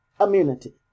immunity